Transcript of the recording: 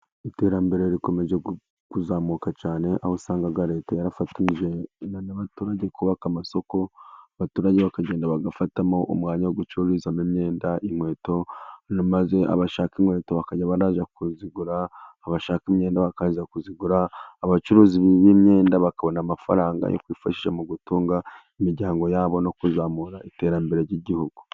Iterambere rikomeje kuzamuka cyane aho usanga leta yarafatanyije n'abaturage kubaka amasoko, abaturage bakagenda bagafatamo umwanya wo gucururizamo imyenda, inkweto. Maze abashaka inkweto bakajya bajya kuzigura, abashaka imyenda bakaza kuzigura, abacuruzi b'imyenda bakabona amafaranga yo kwifashi mu gutunga imiryango yabo no kuzamura iterambere ry'igihugu.